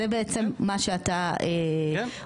זה בעצם מה שאתה אומר.